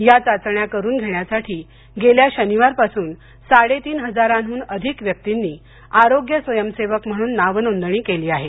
या चाचण्या करून घेण्यासाठी गेल्या शनिवारपासून साडेतीन हजारांहून अधिक व्यक्तींनी आरोग्य स्वयंसेवक म्हणून नावनोंदणी केली आहे